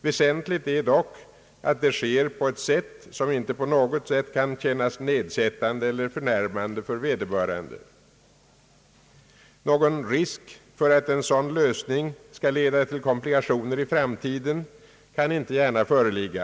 Väsentligt är dock att det sker på ett sätt som inte i något avseende kan kännas nedsättande eller förnärmande för vederbörande. Någon risk för att en sådan lösning skall leda till komplikationer i framtiden kan inte gärna föreligga.